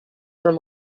from